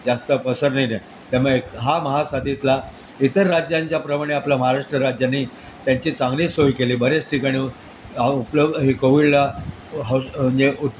जास्त पसरली नाही त्यामुळे हा महासाथीतला इतर राज्यांच्याप्रमाणे आपल्या महाराष्ट्र राज्याने त्यांची चांगली सोय केली बऱ्याच ठिकाणी उपलब हे कोविडला ह म्हणजे